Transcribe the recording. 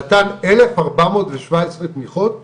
נתן אלף ארבע מאות ושבע עשרה תמיכות בשנתיים.